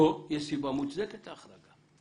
פה יש סיבה מוצדקת להחרגה.